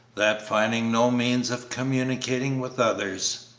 that, finding no means of communicating with others,